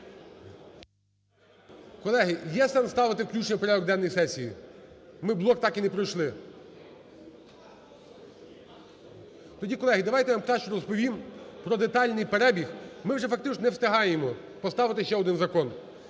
Колеги, є сенс ставити включення в порядок денний сесії? Ми блок так і не пройшли. Колеги, тоді давайте я вам краще розповім про детальний перебіг. Ми вже фактично не встигаємо поставити ще один закон.